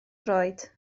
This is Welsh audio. droed